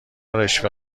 رشوه